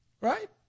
Right